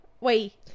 wait